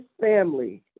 family